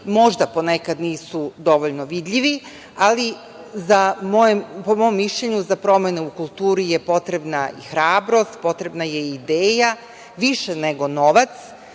možda po nekad nisu dovoljno vidljivi, ali po mom mišljenju za promene u kulturi je potrebna i hrabrost, potrebna je i ideja više nego novac